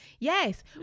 Yes